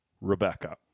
Rebecca